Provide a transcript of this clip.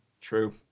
true